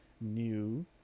new